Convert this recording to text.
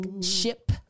ship